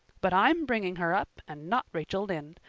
but i'm bringing her up and not rachel lynde,